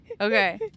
Okay